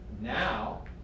now